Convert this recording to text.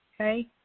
okay